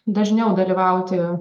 dažniau dalyvauti